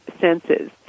senses